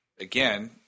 again